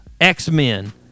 X-Men